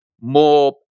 more